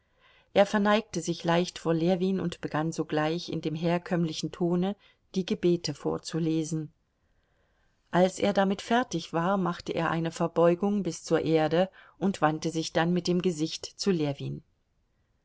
er verneigte sich leicht vor ljewin und begann sogleich in dem herkömmlichen tone die gebete vorzulesen als er damit fertig war machte er eine verbeugung bis zur erde und wandte sich dann mit dem gesicht zu ljewin